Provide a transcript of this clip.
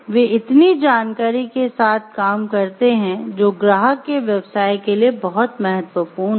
वे इतनी जानकारी के साथ काम करते हैं जो ग्राहक के व्यवसाय के लिए बहुत महत्वपूर्ण है